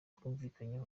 twumvikanye